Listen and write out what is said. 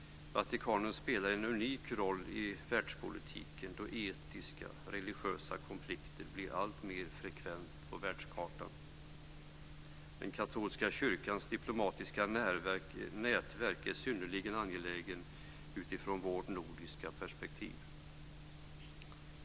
Vatikanen spelar en unik roll i världspolitiken då etiska och religiösa konflikter blir alltmer frekventa på världskartan. Den katolska kyrkans diplomatiska nätverk är synnerligen angeläget utifrån vårt nordiska perspektiv.